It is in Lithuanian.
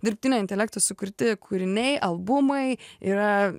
dirbtinio intelekto sukurti kūriniai albumai yra